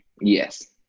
Yes